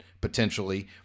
potentially